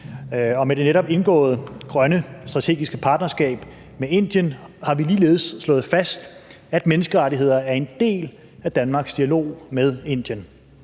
med det netop indgåede grønne strategiske partnerskab med Indien har vi ligeledes slået fast, at menneskerettigheder er en del af Danmarks dialog med Indien.